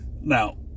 Now